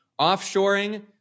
offshoring